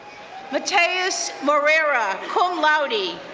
mateus moreira, cum laude,